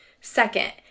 Second